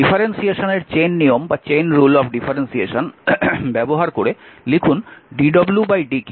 ডিফারেন্সিয়েশনের chain নিয়ম ব্যবহার করে লিখুন dwdq dqdt